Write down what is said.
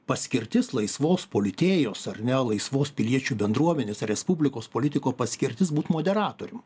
paskirtis laisvos politėjos ar ne laisvos piliečių bendruomenės respublikos politiko paskirtis būt moderatorium